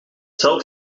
zelf